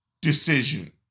decision